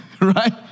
Right